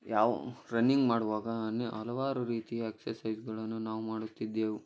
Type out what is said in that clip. ಯಾವ ರನ್ನಿಂಗ್ ಮಾಡುವಾಗ ಅನ್ಯ ಹಲವಾರು ರೀತಿಯ ಎಕ್ಸಸೈಸ್ಗಳನ್ನು ನಾವು ಮಾಡುತ್ತಿದ್ದೆವು